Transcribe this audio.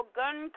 gun